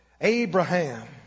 Abraham